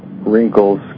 wrinkles